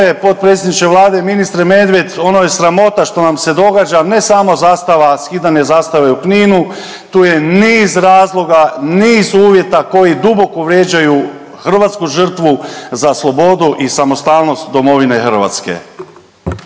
potpredsjedniče Vlade i ministre Medved ono je sramota što nam se događa ne samo zastava, skidanje zastave u Kninu, tu je niz razloga, niz uvjeta koji duboko vrijeđaju hrvatsku žrtvu za slobodu i samostalnost domovine Hrvatske.